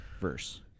verse